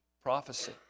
prophecy